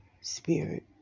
spirit